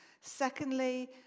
Secondly